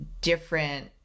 different